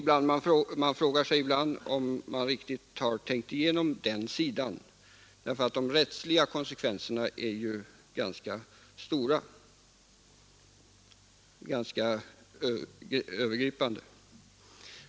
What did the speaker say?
Man frågar sig ibland om de riktigt har tänkt igenom den sidan av saken, eftersom konsekvenserna för dem själva juridiskt kan vara ganska ingripande.